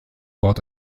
baut